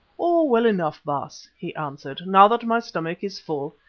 oh! well enough, baas, he answered, now that my stomach is full,